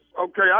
Okay